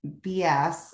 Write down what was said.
BS